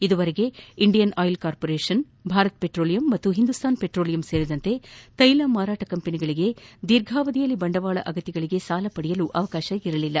ಇದುವರೆಗೆ Indian Oil Corporation Bharat Petroleum ಹಾಗೂ Hindustan Petroleum ಸೇರಿದಂತೆ ತೈಲ ಮಾರಾಟ ಕಂಪನಿಗಳಿಗೆ ದೀರ್ಘಾವಧಿಯಲ್ಲಿ ಬಂಡವಾಳ ಅಗತ್ಯಗಳಿಗೆ ಸಾಲ ಪಡೆಯಲು ಅವೆಕಾಶವಿರಲಿಲ್ಲ